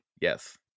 Yes